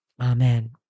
Amen